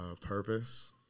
Purpose